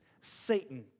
Satan